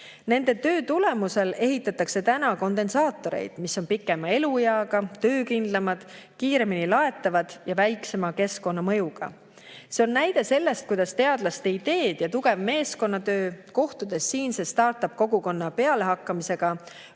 Nende töö tulemusel ehitatakse nüüd kondensaatoreid, mis on pikema elueaga, töökindlamad, kiiremini laetavad ja väiksema keskkonnamõjuga. See on näide sellest, kuidas teadlaste ideed ja tugev meeskonnatöö vormuvad siinsestart-up-kogukonna pealehakkamisega